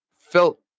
felt